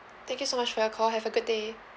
thank you so much for your call have a good day